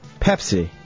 Pepsi